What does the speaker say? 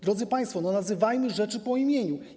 Drodzy państwo, nazywajmy rzeczy po imieniu.